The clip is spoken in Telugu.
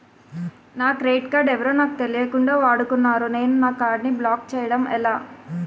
నా క్రెడిట్ కార్డ్ ఎవరో నాకు తెలియకుండా వాడుకున్నారు నేను నా కార్డ్ ని బ్లాక్ చేయడం ఎలా?